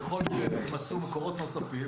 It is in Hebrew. ככל שנכנסו מקורות נוספים